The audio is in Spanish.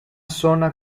zona